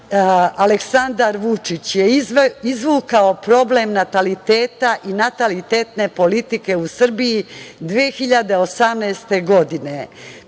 Aleksandar Vučić je izvukao problem nataliteta i natalitetne politike u Srbiji 2018. godine.